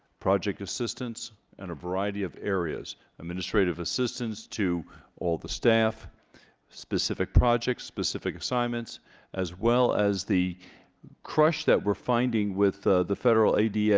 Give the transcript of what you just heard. project assistance in and a variety of areas administrative assistance to all the staff specific project specific assignments as well as the crush that we're finding with the the federal ada